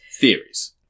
Theories